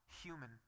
human